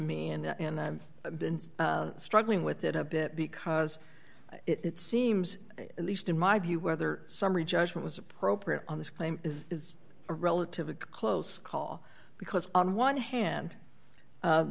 me and i've been struggling with it a bit because it seems at least in my view whether summary judgment was appropriate on this claim is is a relative a close call because on one hand